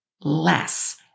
less